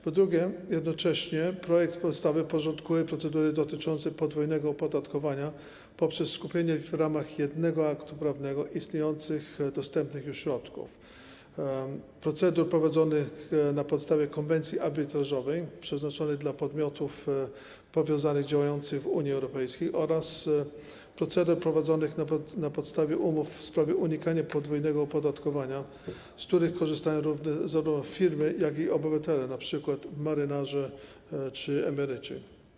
Po drugie, jednocześnie projekt ustawy porządkuje procedury dotyczące podwójnego opodatkowania poprzez skupienie w ramach jednego aktu prawnego istniejących, dostępnych już środków: procedur prowadzonych na podstawie Konwencji Arbitrażowej, przeznaczonych dla podmiotów powiązanych działających w Unii Europejskiej, oraz procedur prowadzonych na podstawie umów w sprawie unikania podwójnego opodatkowania, z których korzystają zarówno firmy, jak i obywatele, np. marynarze czy emeryci.